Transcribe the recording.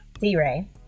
D-Ray